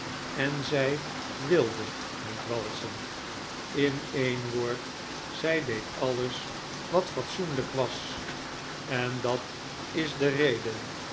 en zij wilde niet walsen in een woord zij deed alles wat fatsoenlijk was en dat is de reden